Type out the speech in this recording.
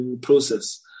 process